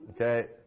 Okay